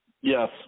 Yes